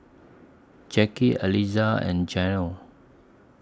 Jacky Aliza and Janell